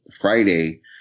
Friday